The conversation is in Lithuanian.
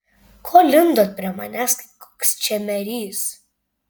ko lindot prie manęs kaip koks čemerys